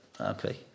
okay